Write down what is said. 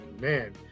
man